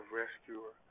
rescuer